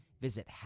Visit